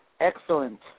Excellent